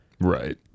right